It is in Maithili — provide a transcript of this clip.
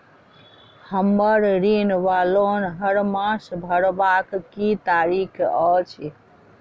हम्मर ऋण वा लोन हरमास भरवाक की तारीख अछि?